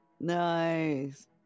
nice